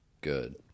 good